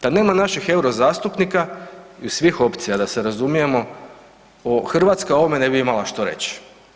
Da nema naših eurozastupnika iz svih opcija da se razumijemo, Hrvatska o ovome ne bi imala što reći.